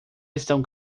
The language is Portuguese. estão